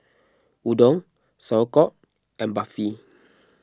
Udon Sauerkraut and Barfi